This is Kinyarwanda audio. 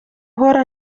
uhora